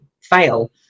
fail